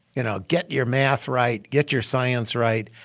you know, get your math right. get your science right.